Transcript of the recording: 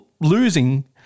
losing